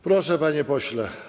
Proszę, panie pośle.